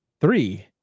three